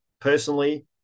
personally